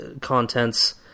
contents